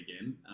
again